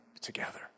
together